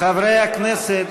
חברי הכנסת,